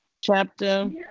chapter